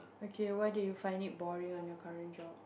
okay why do you find it boring on your current job